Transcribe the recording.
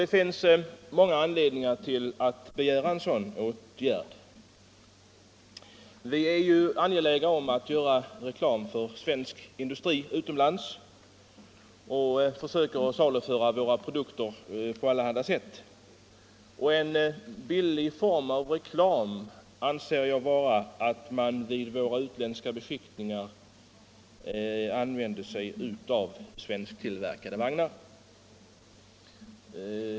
Det finns många anledningar att begära en sådan åtgärd. Vi är ju angelägna att göra reklam för svensk industri utomlands och försöker saluföra våra produkter på allehanda sätt. En billig form av reklam anser jag vara att man vid våra utländska beskickningar använder sig av svensktillverkade bilar.